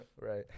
Right